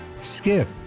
Skip